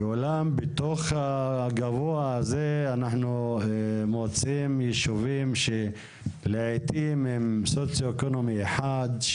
אולם בתוך הגבוה הזה אנחנו מוצאים ישובים שלעיתים הם סוציואקונומי אחד,